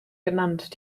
genannt